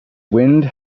wind